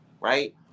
right